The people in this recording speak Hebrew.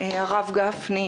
הרב גפני.